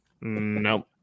Nope